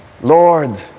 Lord